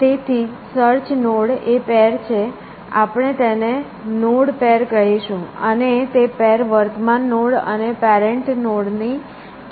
તેથી search node એ pair છે આપણે તેને નોડ પેર કહીશું અને તે પેર વર્તમાન નોડ અને પેરેન્ટ નોડ ની છે